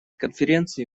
конференции